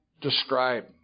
describe